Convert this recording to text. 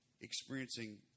experiencing